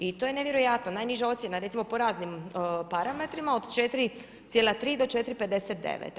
I to je nevjerojatno, najniža ocjena recimo po raznim parametrima od 4,3 do 4,59.